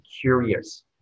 curious